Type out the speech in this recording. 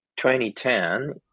2010